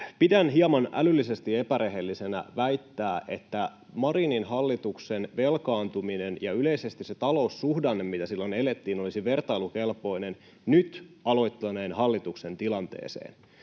Pidän hieman älyllisesti epärehellisenä väittää, että Marinin hallituksen velkaantuminen ja yleisesti se taloussuhdanne, mitä silloin elettiin, olisi vertailukelpoinen nyt aloittaneen hallituksen tilanteeseen,